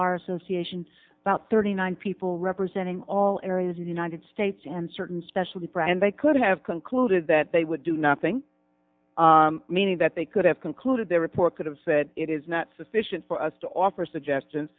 bar association about thirty nine people representing all areas and united states and certain special friend they could have concluded that they would do nothing meaning that they could have concluded their report could have said it is not sufficient for us to offer suggestion